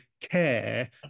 care